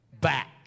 back